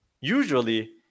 usually